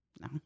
No